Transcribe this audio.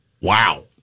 wow